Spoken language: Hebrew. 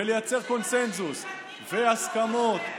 ולייצר קונסנזוס והסכמות.